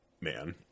man